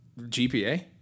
gpa